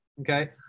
Okay